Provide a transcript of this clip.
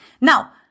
Now